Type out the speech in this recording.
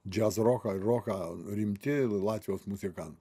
džiazroką roką rimti latvijos muzikan